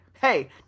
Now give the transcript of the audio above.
hey